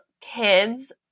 kids